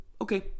okay